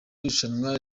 rushanwa